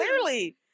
clearly